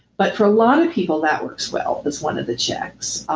but for a lot of people, that works well. that's one of the checks